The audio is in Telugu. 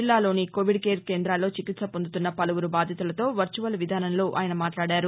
జిల్లాలోని కోవిడ్ కేర్ సెంటర్లలో చికిత్స పొందుతున్న పలువురు బాధితులతో వర్చువల్ విధానంలో ఆయన మాట్లాడారు